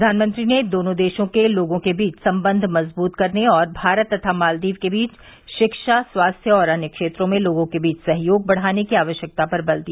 प्रधानमंत्री ने दोनों देशों के लोगों के बीच संबंध मजबूत करने और भारत तथा मालदीव के बीच शिक्षा स्वास्थ्य और अन्य क्षेत्रों में लोगों के बीच सहयोग बढ़ाने की आवश्यकता पर बल दिया